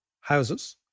houses